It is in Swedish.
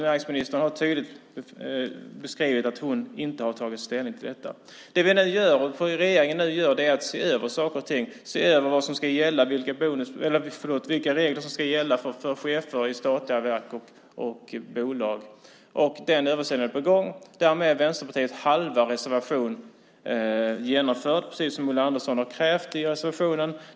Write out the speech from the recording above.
Näringsministern har tydligt beskrivit att hon inte har tagit ställning till detta. Vad vi och regeringen nu gör är att vi ser över saker och ting, ser över vad som ska gälla - vilka regler som ska gälla för chefer i statliga verk och bolag. Denna översyn är alltså på gång. Därmed är så att säga Vänsterpartiets halva reservation genomförd precis som Ulla Andersson kräver i reservationen.